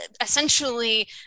essentially